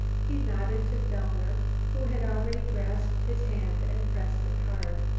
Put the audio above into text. he nodded to fellner, who had already grasped his hand and pressed it hard.